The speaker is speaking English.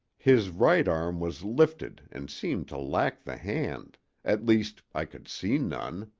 his right arm was lifted and seemed to lack the hand at least, i could see none.